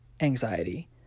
anxiety